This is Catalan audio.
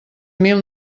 mil